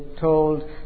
told